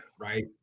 right